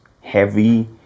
heavy